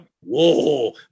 whoa